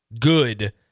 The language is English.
good